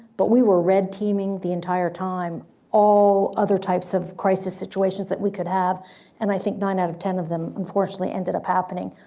but we were red teaming the entire time all other types of crisis situations that we could have and i think nine out of ten of them unfortunately ended up happening.